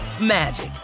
magic